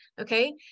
okay